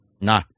No